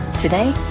Today